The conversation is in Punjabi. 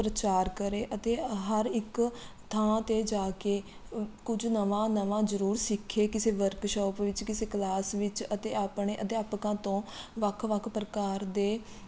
ਪ੍ਰਚਾਰ ਕਰੇ ਅਤੇ ਹਰ ਇੱਕ ਥਾਂ 'ਤੇ ਜਾ ਕੇ ਕੁਝ ਨਵਾਂ ਨਵਾਂ ਜ਼ਰੂਰ ਸਿੱਖੇ ਕਿਸੇ ਵਰਕਸ਼ੋਪ ਵਿੱਚ ਕਿਸੇ ਕਲਾਸ ਵਿੱਚ ਅਤੇ ਆਪਣੇ ਅਧਿਆਪਕਾਂ ਤੋਂ ਵੱਖ ਵੱਖ ਪ੍ਰਕਾਰ ਦੇ